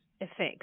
effects